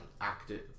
active